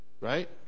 right